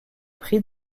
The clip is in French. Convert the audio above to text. pris